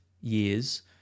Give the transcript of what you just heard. years